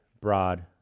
broad